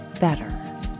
better